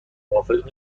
موافق